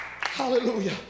Hallelujah